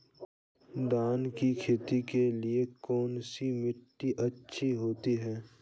धान की खेती के लिए कौनसी मिट्टी अच्छी होती है?